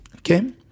okay